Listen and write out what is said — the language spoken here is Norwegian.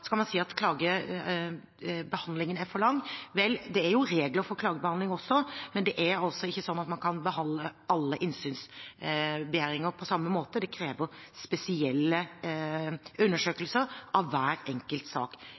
Så kan man si at klagebehandlingstiden er for lang. Vel, det er jo regler for klagebehandling også, men det er ikke sånn at man kan behandle alle innsynsbegjæringer på samme måte. Det krever spesielle undersøkelser av hver enkelt sak